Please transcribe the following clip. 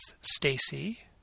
Stacy